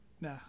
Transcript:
No